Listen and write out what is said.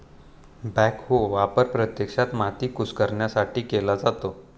backhoe वापर प्रत्यक्षात माती कुस्करण्यासाठी केला जातो